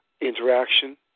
interaction